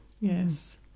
yes